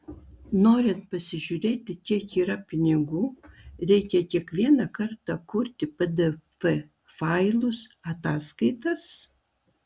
norint pasižiūrėti kiek yra pinigų reikia kiekvieną kartą kurti pdf failus ataskaitas